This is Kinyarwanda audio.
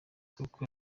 koko